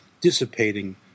dissipating